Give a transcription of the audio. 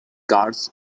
guards